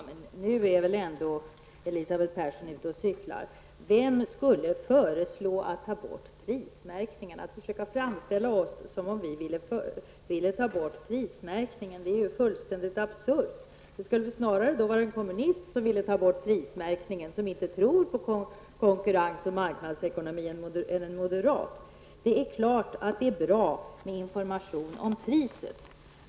Herr talman! Nu är väl ändå Elisabeth Persson ute och cyklar. Hon försöker framställa det som om vi vill ta bort prismärkningen. Det är fullständigt absurt. Snarare är det nog kommunister, som inte tror på konkurrens och marknadsekonomi, som vill ta bort prismärkningen. Det är klart att det är bra med information om priset.